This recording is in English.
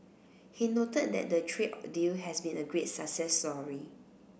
he noted that the trade deal has been a great success story